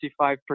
55%